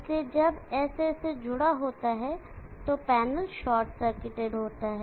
इसलिए जब S A से जुड़ा होता है तो पैनल शार्ट सर्किटेड होता है